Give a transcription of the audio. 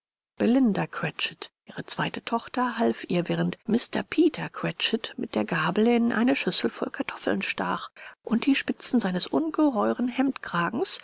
cratchit ihre zweite tochter half ihr während mr peter cratchit mit der gabel in eine schüssel voll kartoffeln stach und die spitzen seines ungeheuren hemdkragens